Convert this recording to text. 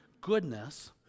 goodness